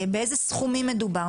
באיזה סכומים מדובר,